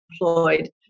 employed